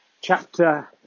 chapter